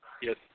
Yes